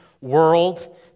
world